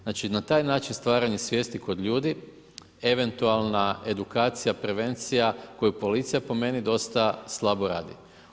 Znači na taj način stvaranje svijesti kod ljudi, eventualna edukacija, prevencija, koju policiju, po meni, dosta slabo radi.